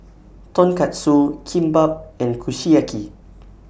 Tonkatsu Kimbap and Kushiyaki